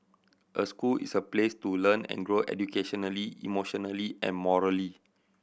a school is a place to learn and grow educationally emotionally and morally